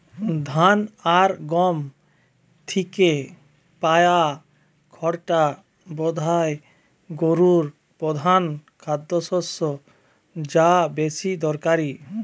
ধান আর গম থিকে পায়া খড়টা বোধায় গোরুর পোধান খাদ্যশস্য যা বেশি দরকারি